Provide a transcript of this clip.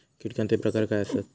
कीटकांचे प्रकार काय आसत?